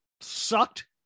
sucked